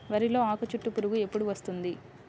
వరిలో ఆకుచుట్టు పురుగు ఎప్పుడు వస్తుంది?